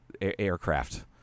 aircraft